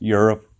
Europe